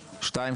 שתיים,